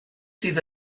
sydd